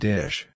Dish